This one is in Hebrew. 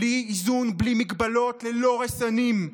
בלי איזון, בלי מגבלות, ללא רסנים.